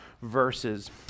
Verses